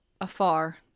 afar